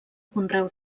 conreu